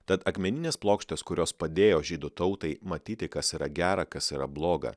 tad akmenines plokštės kurios padėjo žydų tautai matyti kas yra gera kas yra bloga